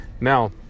Now